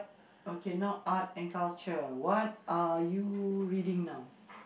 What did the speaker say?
okay now Art and Culture what are you reading now